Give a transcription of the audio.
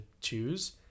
choose